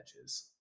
edges